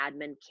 admin